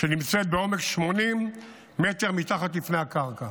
שנמצאת בעומק 80 מטר מתחת לפני הקרקע.